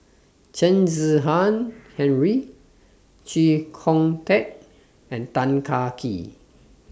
Chen Kezhan Henri Chee Kong Tet and Tan Kah Kee